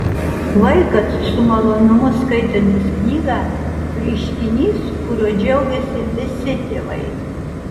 vaikas su malonumu skaitantis knygą reiškinys kuriuo džiaugiasi visi tėvai